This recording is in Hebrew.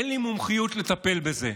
אין לי מומחיות לטפל בזה.